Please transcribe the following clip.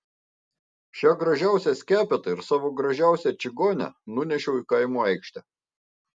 šią gražiausią skepetą ir savo gražiausią čigonę nunešiau į kaimo aikštę